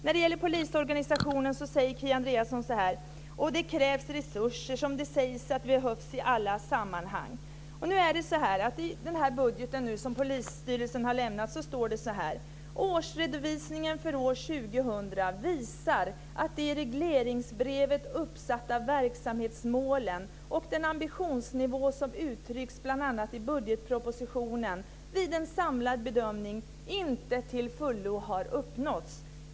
När det gäller polisorganisationen säger Kia Andreasson att det liksom i alla andra sammanhang krävs resurser. I den budget som polisstyrelsen har utarbetat står det att årsredovisningen för år 2000 visar att de i regleringsbrevet uppsatta verksamhetsmålen och den ambitionsnivå som uttrycks bl.a. i budgetpropositionen vid en samlad bedömning inte till fullo har uppnåtts.